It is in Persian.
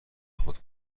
خود